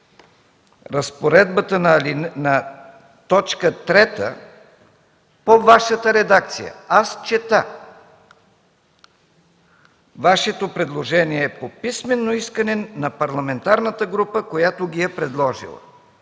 разпоредбата на т. 3 по Вашата редакция? Чета, Вашето предложение е „по писмено искане на парламентарната група, която ги е предложила”.